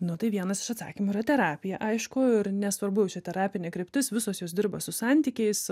nu tai vienas iš atsakymų yra terapija aišku ir nesvarbu čia terapinė kryptis visos jos dirba su santykiais